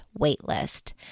waitlist